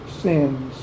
sins